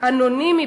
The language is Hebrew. אנונימי,